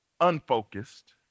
unfocused